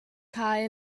cae